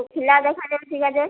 ଶୁଖିଲା ଦେଖା ଯାଉଛି ଗାଜର